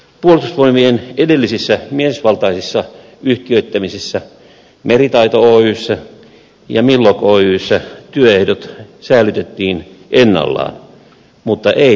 puolustusvoimien edellisissä miesvaltaisissa yhtiöittämisissä meritaito oyssä ja millog oyssä työehdot säilytettiin ennallaan mutta ei tässä